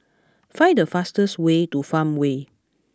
find the fastest way to Farmway